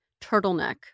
turtleneck